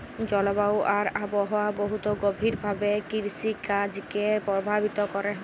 জলবায়ু আর আবহাওয়া বহুত গভীর ভাবে কিরসিকাজকে পরভাবিত ক্যরে